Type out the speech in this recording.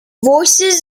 voices